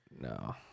no